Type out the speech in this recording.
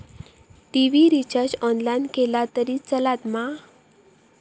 TV recharge online केला तरी चलात मा?